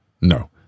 No